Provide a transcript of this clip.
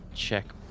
Check